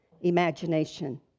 imagination